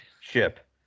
ship